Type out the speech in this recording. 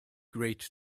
great